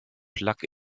plug